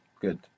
Good